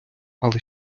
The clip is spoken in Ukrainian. але